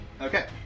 Okay